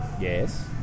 Yes